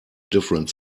different